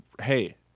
Hey